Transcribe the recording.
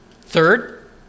Third